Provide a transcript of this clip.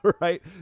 right